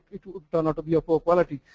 it tend to be a poor quality.